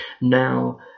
Now